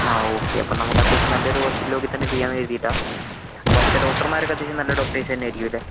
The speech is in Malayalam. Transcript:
ആ ഓക്കേ അപ്പോൾ നമുക്ക് അത്യാവശ്യം നല്ലൊരു ഹോസ്പിറ്റൽ നോക്കി തന്നെ ചെയ്യാം എന്ന് കരുതിയിട്ടാണ് അപ്പോൾ അവിടത്തെ ഡോക്ടർമാരൊക്കെ അത്യാവശ്യം നല്ല ഡോക്ടേഴ്സ് തന്നെ ആയിരിക്കും അല്ലേ